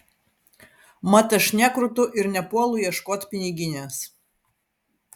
mat aš nekrutu ir nepuolu ieškot piniginės